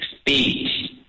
speech